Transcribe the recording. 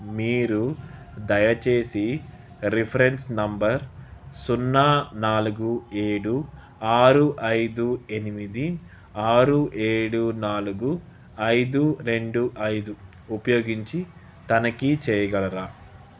మీరు దయచేసి reference number సున్నా నాలుగు ఏడు ఆరు ఐదు ఎనిమిది ఆరు ఏడు నాలుగు ఐదు రెండు ఐదు ఉపయోగించి తనఖీ చేయగలరా